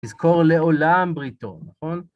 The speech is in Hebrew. תזכור לעולם בריתו, נכון?